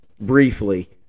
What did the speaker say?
briefly